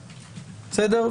בסדר?